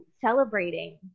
celebrating